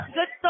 Good